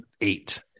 eight